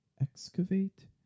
Excavate